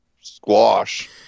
squash